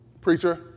Preacher